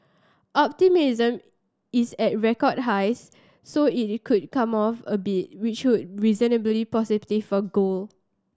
optimism is at record highs so it could come off a bit which would reasonably positive for gold